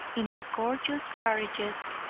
in their gorgeous carriages,